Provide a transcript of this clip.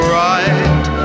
right